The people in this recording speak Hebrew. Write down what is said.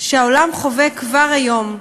שהעולם חווה כבר היום: